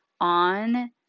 on